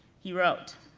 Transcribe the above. he wrote,